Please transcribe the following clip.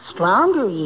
Stronger